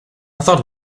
thought